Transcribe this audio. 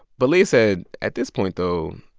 but leah said, at this point, though,